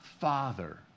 Father